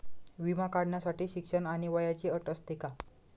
विमा काढण्यासाठी शिक्षण आणि वयाची अट असते का?